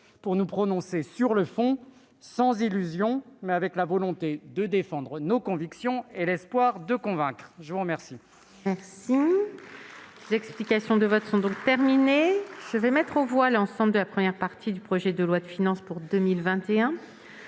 pour nous prononcer sur le fond, sans illusion, mais avec la volonté de défendre nos convictions et l'espoir de convaincre. Personne ne